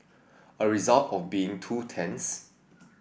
a result of being two tents